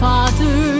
Father